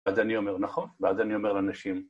‫ואז אני אומר, נכון, ‫ואז אני אומר לאנשים